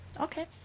Okay